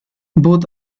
both